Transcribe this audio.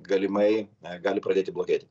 galimai gali pradėti blogėti